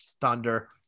thunder